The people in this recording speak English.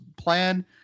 plan